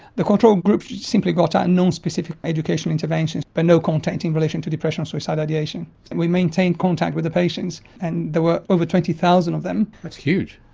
the control group simply got unknown specific education interventions but no contact in relation to depression or suicidal ideation. we maintain contact with the patients, and there were over twenty thousand of them. that's huge.